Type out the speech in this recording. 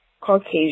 Caucasian